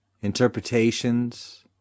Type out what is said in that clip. interpretations